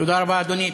תודה רבה, אדוני.